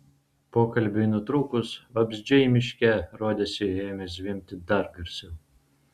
pokalbiui nutrūkus vabzdžiai miške rodėsi ėmė zvimbti dar garsiau